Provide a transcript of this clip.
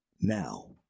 now